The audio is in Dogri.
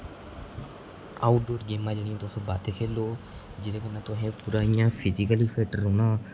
आउटडोर गेमां तुस बद्ध खेढो जेह्दे कन्नै तुसेंगी पूरा इ'यां फिजीकली फिट रौह्ना